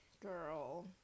girl